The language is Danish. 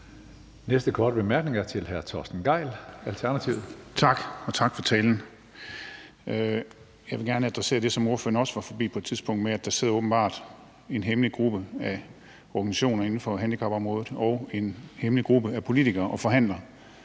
næste korte bemærkning er til hr. Torsten Gejl, Alternativet. Kl. 17:06 Torsten Gejl (ALT): Tak, og tak for talen. Jeg vil gerne adressere det, som ordføreren også var forbi på et tidspunkt, altså at der åbenbart sidder en hemmelig gruppe af organisationer inden for handicapområdet og en hemmelig gruppe af politikere og forhandler